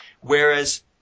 whereas